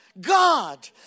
God